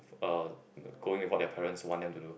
uh going with what their parents want them to do